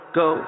go